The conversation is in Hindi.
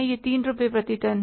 यह 3 रुपये प्रति टन है